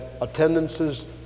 attendances